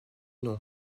nom